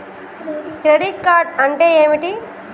Credit card అంటే ఏమిటి?